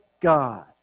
God